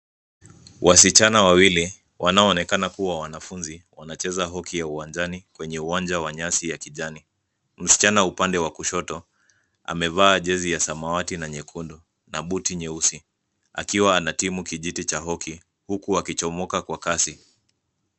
Wasichana wawili wanaonekana kuwa wanafunzi wanacheza hoki ya uwanjani kwenye uwanja wa nyasi ya kijani . Msichana upande wa kushoto, amevaa jezi ya samawati na nyekundu na buti nyeusi akiwa anatimu kijiti cha hoki huku akichomoka kwa kasi.